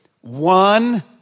one